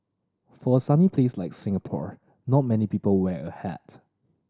for a sunny place like Singapore not many people wear a hat